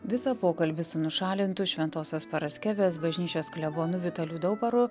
visą pokalbį su nušalintu šventosios paraskeves bažnyčios klebonu vitaliu daubaru